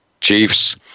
Chiefs